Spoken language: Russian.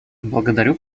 благодарю